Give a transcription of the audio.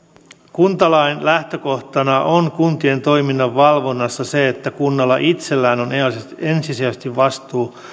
kuntalain lähtökohtana kuntien toiminnan valvonnassa on se että kunnalla itsellään on ensisijaisesti vastuu